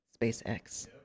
spacex